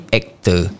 actor